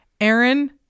Aaron